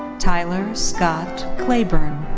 tyler scott claburn.